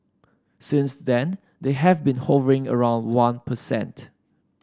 since then they have been hovering around one percent